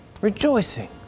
Rejoicing